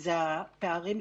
זה הפערים.